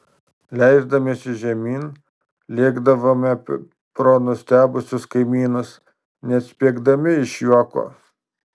leisdamiesi žemyn lėkdavome pro nustebusius kaimynus net spiegdami iš juoko